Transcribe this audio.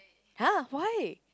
[huh] why